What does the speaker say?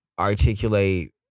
articulate